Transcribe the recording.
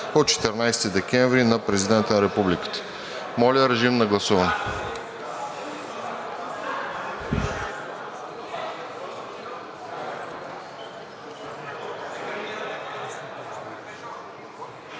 от 14 декември на Президента на Републиката. Моля, режим на гласуване.